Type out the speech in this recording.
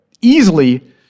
easily